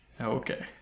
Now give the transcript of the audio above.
Okay